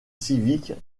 civiques